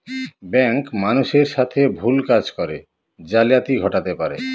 bank মানুষের সাথে ভুল কাজ করে জালিয়াতি ঘটাতে পারে